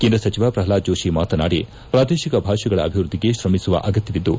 ಕೇಂದ್ರ ಸಚವ ಪ್ರಹ್ಲಾದ್ ಜೋಷಿ ಮಾತನಾಡಿ ಪ್ರಾದೇಶಿಕ ಭಾಷೆಗಳ ಅಭಿವೃದ್ಧಿಗೆ ತ್ರಮಿಸುವ ಅಗತ್ತವಿದ್ದು